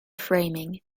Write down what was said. framing